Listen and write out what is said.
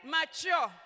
mature